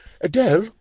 Adele